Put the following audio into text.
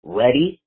ready